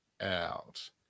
out